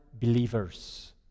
believers